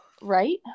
Right